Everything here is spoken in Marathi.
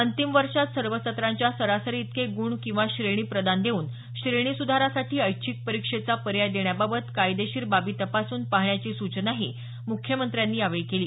अंतिम वर्षात सर्व सत्रांच्या सरासरी इतके गूण किंवा श्रेणी प्रदान देऊन श्रेणी सुधारासाठी ऐच्छिक परीक्षेचा पर्याय देण्याबाबत कायदेशीर बाबी तपासून पाहण्याची सूचनाही मूख्यमंत्र्यांनी केली